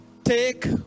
Take